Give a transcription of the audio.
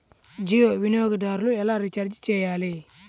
జియో వినియోగదారులు ఎలా రీఛార్జ్ చేయాలి?